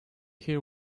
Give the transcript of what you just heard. here